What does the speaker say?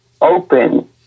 open